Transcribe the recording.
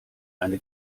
eine